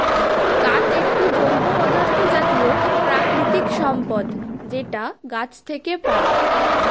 কাঠ একটি জৈব পদার্থ জাতীয় প্রাকৃতিক সম্পদ যেটা গাছ থেকে পায়